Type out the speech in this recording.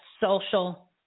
social